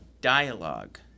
Dialogue